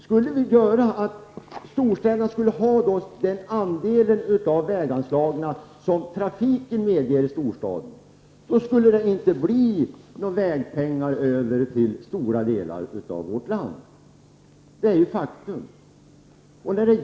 Skulle storstäderna ha den andel av väganslagen som trafiken motiverar, skulle det inte bli några vägpengar över till stora delar av vårt land. Det är faktum.